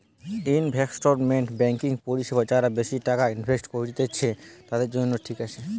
investment banking পরিষেবা যারা বেশি টাকা ইনভেস্ট করত্তিছে, তাদের জন্য ঠিক আছে